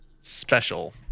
special